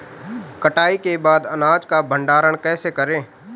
कटाई के बाद अनाज का भंडारण कैसे करें?